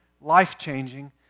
life-changing